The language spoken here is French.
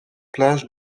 plage